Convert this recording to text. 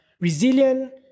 resilient